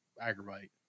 aggravate